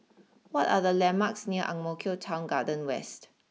what are the landmarks near Ang Mo Kio Town Garden West